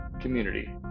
community